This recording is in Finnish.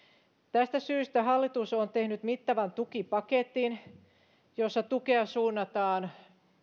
tästä syystä hallitus on tehnyt mittavan tukipaketin jossa tukea suunnataan